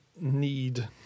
need